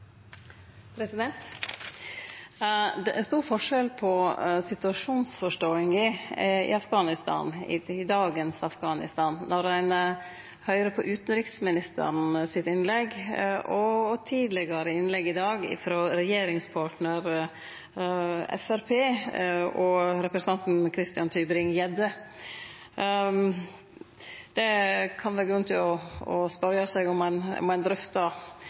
stor forskjell på situasjonsforståinga av dagens Afghanistan når ein høyrer på utanriksministeren sitt innlegg og tidlegare innlegg i dag ifrå regjeringspartnar Framstegspartiet og representanten Christian Tybring-Gjedde. Det kan vere grunn til å spørje seg om ein